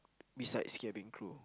besides cabin crew